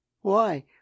Why